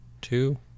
two